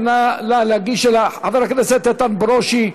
חבר הכנסת איתן ברושי,